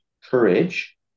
courage